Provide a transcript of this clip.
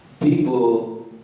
People